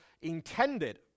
intended